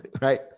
right